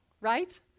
Right